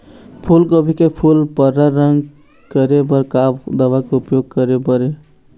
फूलगोभी के फूल पर्रा रंग करे बर का दवा के उपयोग करे बर ये?